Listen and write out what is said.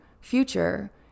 future